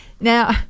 Now